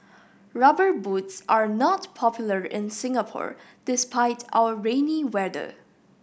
Rubber Boots are not popular in Singapore despite our rainy weather